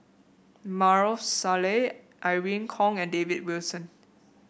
Maarof Salleh Irene Khong and David Wilson